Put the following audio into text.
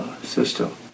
system